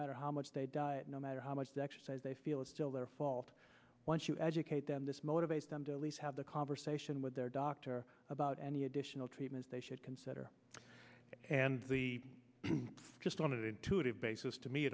matter how much they die no matter how much they say they feel it's still their fault once you educate them this motivates them to at least have the conversation with their doctor about any additional treatments they should consider and the just wanted intuitive basis to me